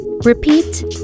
repeat